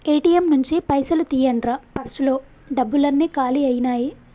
ATM నుంచి పైసలు తీయండ్రా పర్సులో డబ్బులన్నీ కాలి అయ్యినాయి